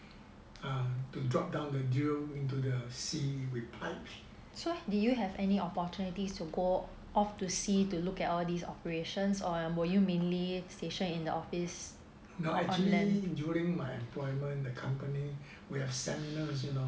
err to drop down the drill into the sea with pipes no actually during my employment the company we have seminars ones you know